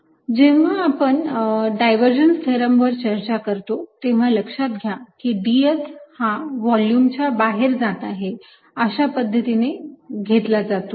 जेव्हा आपण divergence theorem वर चर्चा करतो तेव्हा लक्षात घ्या की ds हा व्हॉल्युमच्या बाहेर जात आहे अशा पद्धतीने घेतला जातो